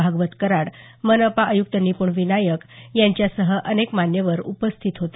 भागवत कराड मनपा आयुक्त निपूण विनायक यांच्यासह अनेक मान्यवर उपस्थित होते